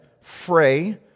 fray